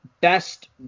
best